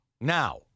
Now